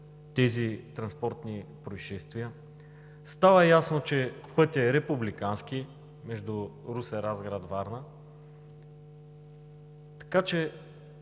тези транспортни произшествия. Става ясно, че пътят е републикански – между Русе, Разград и Варна. Как